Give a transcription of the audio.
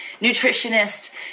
nutritionist